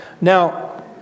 Now